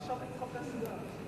עכשיו הוא מחפש גב.